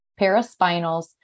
paraspinals